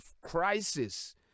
crisis